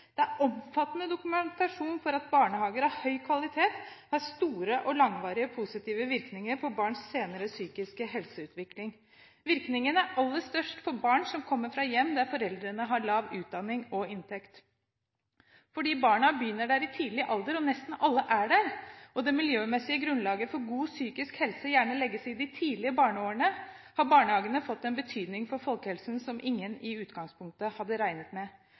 Det er omfattende dokumentasjon på at barnehager av høy kvalitet har store og langvarige positive virkninger på barns senere psykiske helseutvikling. Virkningen er aller størst for barn som kommer fra hjem der foreldrene har lav utdanning og inntekt. Fordi barna begynner der i tidlig alder, og nesten alle er der, og fordi det miljømessige grunnlaget for god psykisk helse gjerne legges i de tidlige barneårene, har barnehagene fått en betydning for folkehelsen som ingen i utgangspunktet hadde regnet med.